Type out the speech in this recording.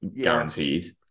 guaranteed